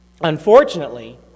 Unfortunately